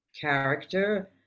character